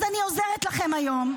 אז אני עוזרת לכם היום,